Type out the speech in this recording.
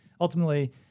Ultimately